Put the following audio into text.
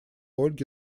ольге